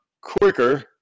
quicker